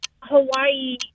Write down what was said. Hawaii